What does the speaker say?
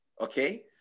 Okay